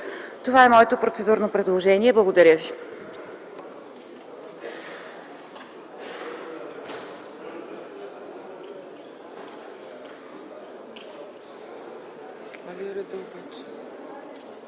Това е моето процедурно предложение. Благодаря ви.